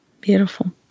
Beautiful